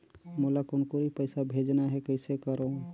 मोला कुनकुरी पइसा भेजना हैं, कइसे करो?